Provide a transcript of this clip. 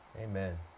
Amen